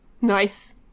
Nice